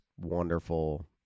wonderful